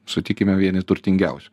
sutikime vieni turtingiausių